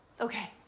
Okay